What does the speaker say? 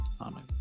Amen